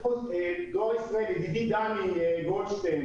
ידידי דני גודלשטיין